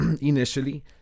initially